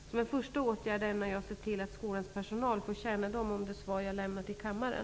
Som en första åtgärd ämnar jag se till att skolans personal får kännedom om det svar jag här lämnat i kammaren.